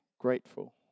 grateful